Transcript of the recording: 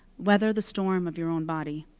weather the storm of your own body.